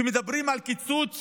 שמדברים על קיצוץ